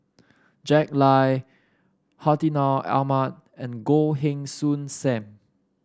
Jack Lai Hartinah Ahmad and Goh Heng Soon Sam